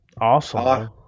Awesome